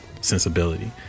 sensibility